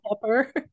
pepper